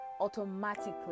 automatically